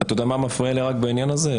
אתה יודע מה מפריע לי בעניין הזה?